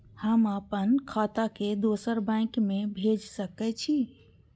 हम आपन खाता के दोसर बैंक में भेज सके छी?